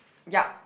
yup